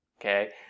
okay